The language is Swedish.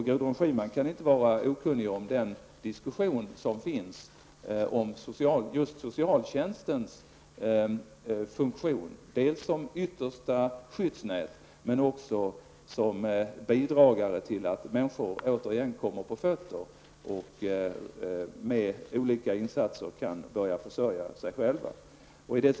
Gudrun Schyman kan inte vara okunnig om den diskussion som förs om just socialtjänstens funktion -- dels dess funktion som yttersta skyddsnät, dels den funktion som innebär att man med olika insatser hjälper människor att återigen komma på fötter och ser till att de kan börja försörja sig själva.